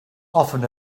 often